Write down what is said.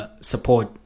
support